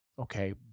okay